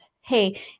Hey